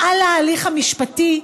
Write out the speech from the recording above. מעל להליך המשפטי,